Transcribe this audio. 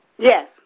Yes